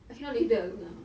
I cannot live there alone ah